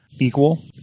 equal